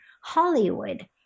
Hollywood